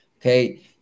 okay